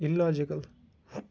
illogical